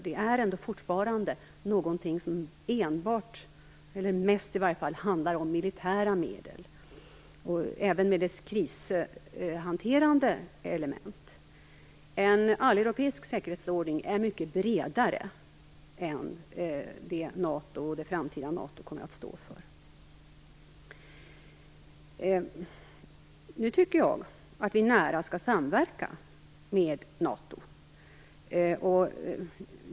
Det är fortfarande något som enbart eller i varje fall mest handlar om militära medel, även inbegripet dess krishanterande element. En alleuropeisk säkerhetsordning är mycket bredare än det som det framtida NATO kommer att stå för. Jag tycker att vi nära skall samverka med NATO.